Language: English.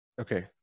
Okay